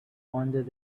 pondered